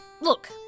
Look